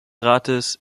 rates